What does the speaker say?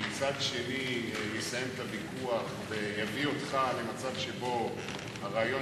ומצד שני יסיים ויכוח ויביא אותך למצב שבו הרעיון